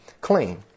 clean